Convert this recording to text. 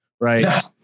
right